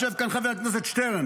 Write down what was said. יושב כאן חבר הכנסת שטרן.